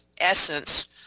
essence